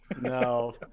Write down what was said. no